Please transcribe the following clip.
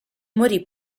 morì